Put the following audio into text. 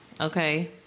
Okay